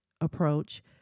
approach